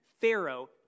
Pharaoh